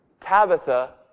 Tabitha